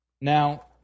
Now